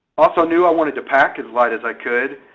also knew i wanted to pack as light is i could.